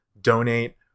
donate